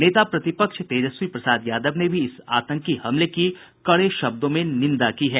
नेता प्रतिपक्ष तेजस्वी प्रसाद यादव ने भी इस आतंकी हमले की कड़े शब्दों में निंदा की है